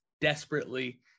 desperately